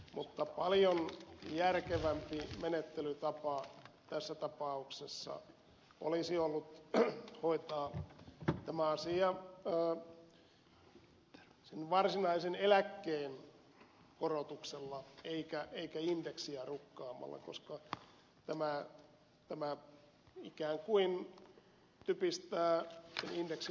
mutta paljon järkevämpi menettelytapa tässä tapauksessa olisi ollut hoitaa tämä asia varsinaisen eläkkeen korotuksella eikä indeksiä rukkaamalla koska tämä ikään kuin typistää indeksin oikeaa käyttöä